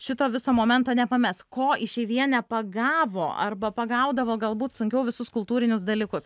šito viso momento nepames ko išeivija nepagavo arba pagaudavo galbūt sunkiau visus kultūrinius dalykus